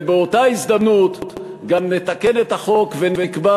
ובאותה הזדמנות גם נתקן את החוק ונקבע